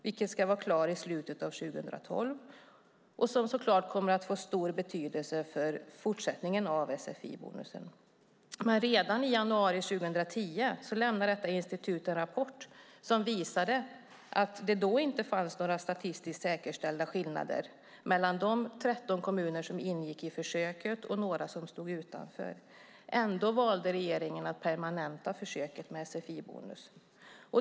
Detta ska vara klart i slutet av 2012, och det kommer naturligtvis att få en stor betydelse för fortsättningen av sfi-bonusen. Men redan i januari 2010 lämnade detta institut en rapport som visade att det då inte fanns några statistiskt säkerställda skillnader mellan de 13 kommuner som ingick i försöket och några som stod utanför. Ändå valde regeringen att permanenta försöket med sfi-bonus.